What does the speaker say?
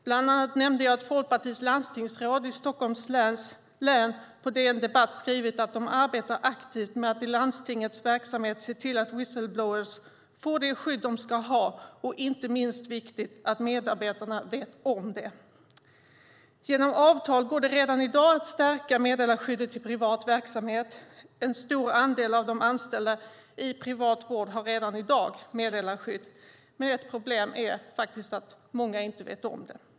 Bland annat nämnde jag att Folkpartiets landstingsråd i Stockholms län på DN Debatt skrivit att de arbetar aktivt med att i landstingets verksamhet se till att whistle-blowers får det skydd de ska ha och, inte minst viktigt, att medarbetarna vet om det. Genom avtal går det redan i dag att stärka meddelarskyddet i privat verksamhet. En stor andel av de anställda i privat vård har redan i dag meddelarskydd. Men ett problem är faktiskt att många inte vet om det.